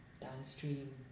downstream